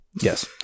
Yes